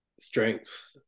strength